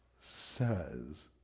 says